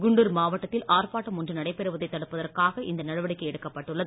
குண்டுர் மாவட்டத்தில் ஆர்ப்பாட்டம் ஒன்று நடைபெறுவதை தடுப்பதற்காக இந்த நடவடிக்கை எடுக்கப்பட்டுள்ளது